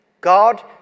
God